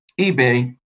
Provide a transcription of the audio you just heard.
eBay